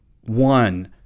one